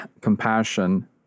compassion